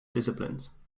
disciplines